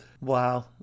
Wow